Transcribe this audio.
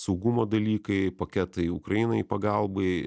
saugumo dalykai paketai ukrainai pagalbai